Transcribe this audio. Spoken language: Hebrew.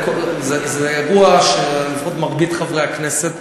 זה אירוע שלפחות מרבית חברי הכנסת,